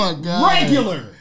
regular